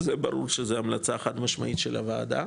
זה ברור שזה המלצה חד-משמעית של הוועדה.